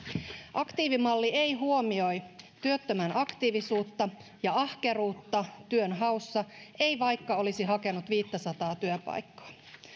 aktiivimalli ei huomioi työttömän aktiivisuutta ja ahkeruutta työnhaussa ei vaikka olisi hakenut viittäsataa työpaikkaa